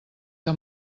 que